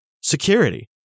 security